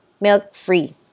milk-free